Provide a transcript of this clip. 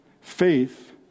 Faith